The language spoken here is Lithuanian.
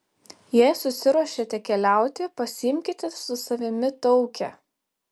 jei susiruošėte keliauti pasiimkite su savimi taukę